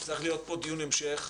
אומר שצריך להיות פה דיון המשך,